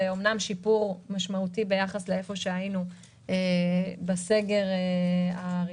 זה אמנם שיפור משמעותי ביחס למקום שבו היינו בסגר הראשון